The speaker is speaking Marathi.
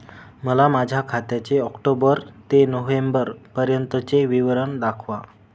मला माझ्या खात्याचे ऑक्टोबर ते नोव्हेंबर पर्यंतचे विवरण दाखवा